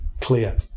clear